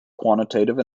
quantitative